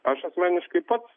aš asmeniškai pats